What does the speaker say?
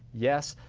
yes.